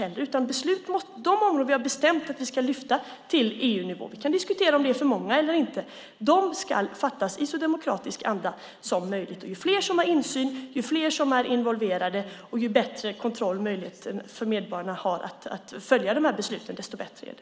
De områden som vi har bestämt att vi ska lyfta upp till EU-nivå - vi kan diskutera om det är för många eller inte - ska beslutas i så demokratisk anda som möjligt. Ju fler som har insyn, ju fler som är involverade och ju bättre kontroll och möjligheter medborgarna har att följa de här besluten, desto bättre är det.